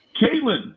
Caitlin